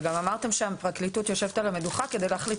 וגם אמרתם שהפרקליטות יושבת על המדוכה כדי להחליט